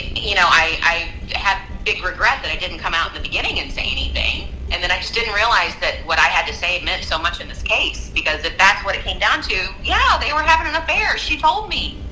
you know i i have big regret that i didn't come out in the beginning and say anything and then i just didn't realize that what i had to say meant so much in this case because the that's what it came down to yeah, they were having an affair. she told me.